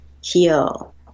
heal